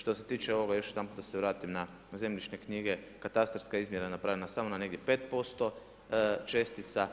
Što se tiče ovoga još jedanput da se vratim na zemljišne knjige, katastarska izmjere je napravljena samo na negdje 5%, čestica